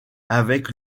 avec